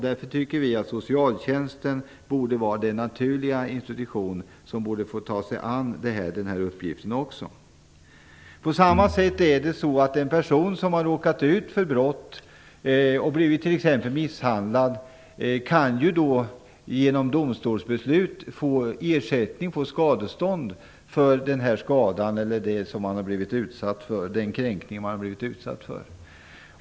Därför tycker vi att Socialtjänsten borde vara den naturliga institutionen. Den borde få ta sig an den här uppgiften också. På samma sätt kan en person som har råkat ut för brott - t.ex. misshandel - genom domstolsbeslut få ersättning, skadestånd, för den skada eller kränkning som vederbörande utsatts för.